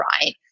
right